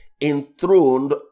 enthroned